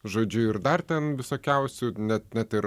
žodžiu ir dar ten visokiausių net net ir